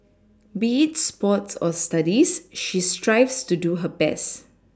be it sports or Studies she strives to do her best